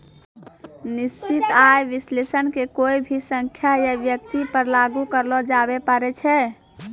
निश्चित आय विश्लेषण के कोय भी संख्या या व्यक्ति पर लागू करलो जाबै पारै छै